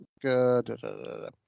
Good